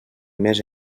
més